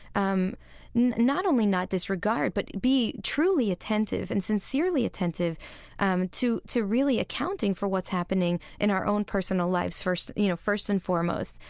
um not only not disregard, but be truly attentive and sincerely attentive um to to really accounting for what's happening in our own personal lives first, you know, first and foremost.